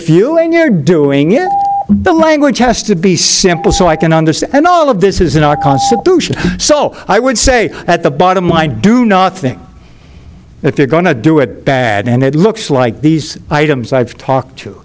few and you're doing it the language has to be simple so i can understand all of this is in our constitution so i would say at the bottom i do not think if you're going to do it bad and it looks like these items i've talked to